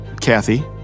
Kathy